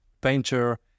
painter